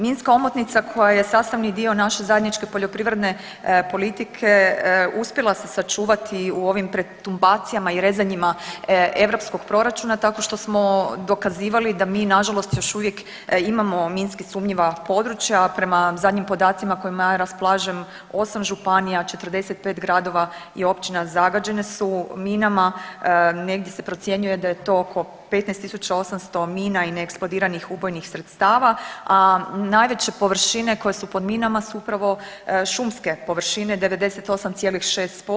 Minska omotnica koja je sastavni dio naše zajedničke poljoprivredne politike uspjela se sačuvati u ovim pretumbacijama i rezanjima europskog proračuna tako što smo dokazivali da mi nažalost još uvijek imamo minski sumnjiva područja, prema zadnjim podacima kojima ja raspolažem, 8 županija, 45 gradova i općina zagađene su minama, negdje se procjenjuje da je to oko 15 800 mina i neeksplodiranih ubojnih sredstava, a najveće površine koje su pod minama su upravo šumske površine, 98,6%